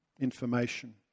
information